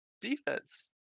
defense